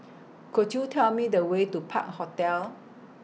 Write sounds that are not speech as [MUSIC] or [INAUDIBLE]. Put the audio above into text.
[NOISE] Could YOU Tell Me The Way to Park Hotel